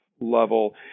level